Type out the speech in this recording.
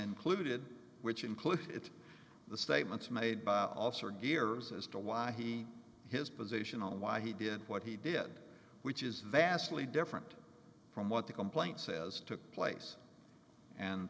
included which include it the statements made by officer gary was as to why he his position on why he did what he did which is vastly different from what the complaint says took place and